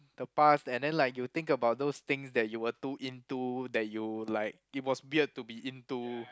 the past and then like you think about those things that you were too into that you were like it was weird to be into